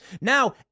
Now